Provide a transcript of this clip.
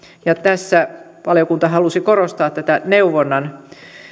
tässä valiokunta halusi korostaa neuvonnan